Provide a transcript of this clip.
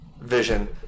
vision